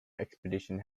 expedition